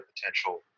potential